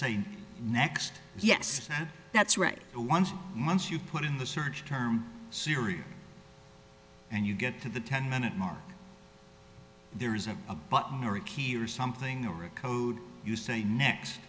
say next yes that's right one month you put in the search term series and you get to the ten minute mark there isn't a button or a key or something or a code you say next